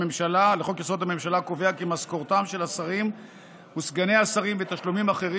הממשלה קובע: "משכורתם של השרים וסגני השרים ותשלומים אחרים